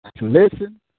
listen